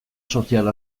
sozial